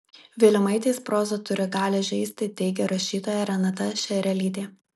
vilimaitės proza turi galią žeisti teigia rašytoja renata šerelytė